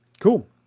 Cool